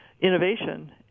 innovation